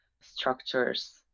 structures